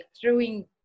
throwing